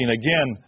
again